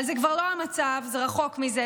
אבל זה כבר לא המצב, זה רחוק מזה.